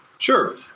Sure